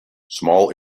small